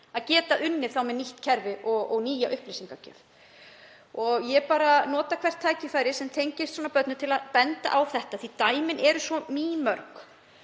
að geta unnið með nýtt kerfi og nýja upplýsingagjöf. Ég nota hvert tækifæri sem tengist börnum til að benda á þetta því að dæmin eru mýmörg.